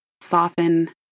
soften